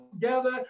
together